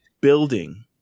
building